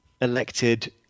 elected